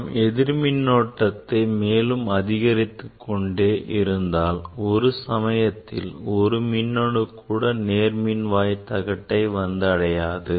நாம் எதிர் மின்னோட்டத்தை மேலும் அதிகரித்து கொண்டே இருந்தால் ஒரு சமயத்தில் ஒரு மின்னணு கூட நேர் மின்வாய் தகட்டை வந்தடையாது